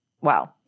wow